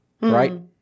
Right